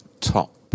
top